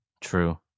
True